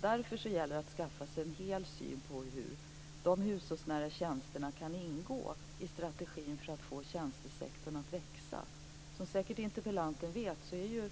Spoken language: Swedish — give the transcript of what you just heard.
Det gäller att skaffa sig en helhetssyn på hur de hushållsnära tjänsterna kan ingå i strategin för att få tjänstesektorn att växa. Som interpellanten säkert vet är ju